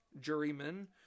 jurymen